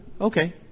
Okay